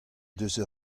diouzh